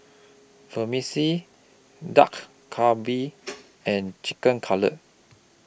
Vermicelli Dak Galbi and Chicken Cutlet